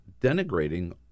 denigrating